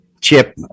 Chip